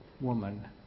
woman